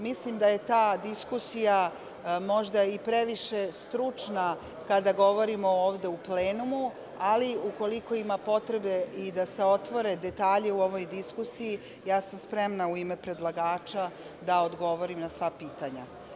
Mislim da je ta diskusija možda i previše stručna kada govorimo ovde u plenumu, ali ukoliko ima potrebe i da se otvore detalji u ovoj diskusiji, ja sam spremna u ime predlagača da odgovorim na sva pitanja.